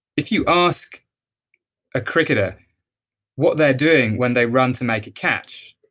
if you ask a cricketer what they're doing when they run to make it catch,